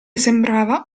sembrava